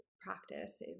practice